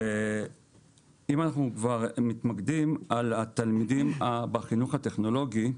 ואם אנחנו כבר מתמקדים על התלמידים בחינוך הטכנולוגי,